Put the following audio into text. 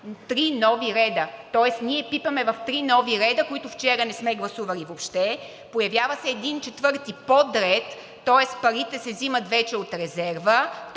три нови реда, тоест ние пипаме в три нови реда, които вчера не сме гласували въобще, появява се един четвърти подред, тоест парите се взимат вече от резерва,